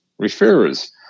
referrers